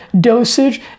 dosage